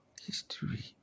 history